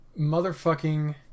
motherfucking